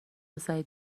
سعید